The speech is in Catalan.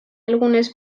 algunes